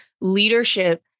leadership